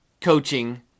coaching